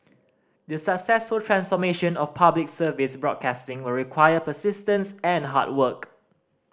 the successful transformation of Public Service broadcasting will require persistence and hard work